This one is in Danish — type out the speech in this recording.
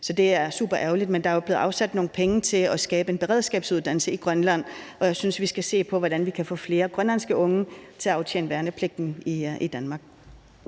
Så det er superærgerligt. Men der er jo blevet afsat nogle penge til at skabe en beredskabsuddannelse i Grønland, og jeg synes, vi skal se på, hvordan vi kan få flere grønlandske unge til at aftjene værnepligten i Danmark.